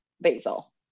basil